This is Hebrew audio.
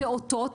על הפעוטות,